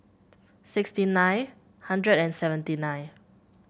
sixty nine hundred and seventy nine